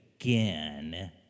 again